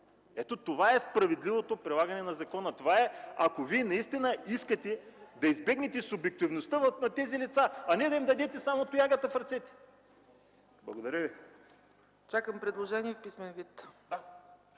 Ето това е справедливото прилагане на закона. Това е, ако Вие наистина искате да избегнете субективността на тези лица, а не да им дадете само тоягата в ръцете. Благодаря. ПРЕДСЕДАТЕЛ ЦЕЦКА ЦАЧЕВА: Чакам предложението в писмен вид.